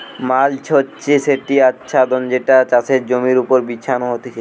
mulch হচ্ছে সেটি আচ্ছাদন যেটা চাষের জমির ওপর বিছানো হতিছে